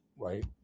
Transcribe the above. right